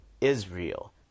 Israel